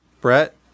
Brett